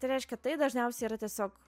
tai reiškia tai dažniausiai yra tiesiog